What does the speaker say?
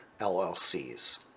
LLCs